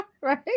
right